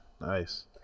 Nice